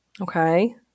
Okay